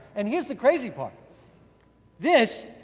and here is the crazy part this,